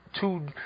two